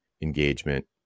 engagement